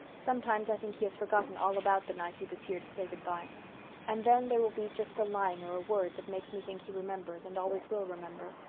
sometimes i think he has forgotten all about the night he was here to say goodbye and then there will be just a line or a word that makes me think he remembers and always will remember.